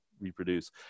reproduce